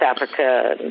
Africa